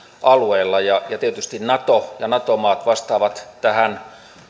alueella tietysti nato ja nato maat vastaavat tähän